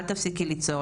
אל תפסיקי ליצור.